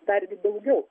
dargi daugiau